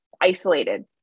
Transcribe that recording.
isolated